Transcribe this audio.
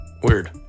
Weird